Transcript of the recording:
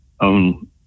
own